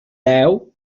deu